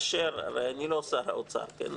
הרי אני לא שר האוצר, כן?